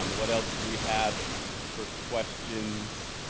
um what else do we have for questions?